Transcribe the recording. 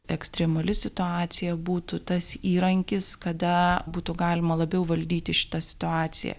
ekstremali situacija būtų tas įrankis kada būtų galima labiau valdyti šitą situaciją